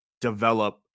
develop